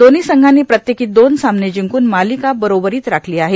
दोव्ही संघांनी प्रत्येकी दोन सामने जिंकून मालिका बरोबरीत राखली आहे